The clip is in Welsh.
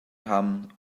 rhan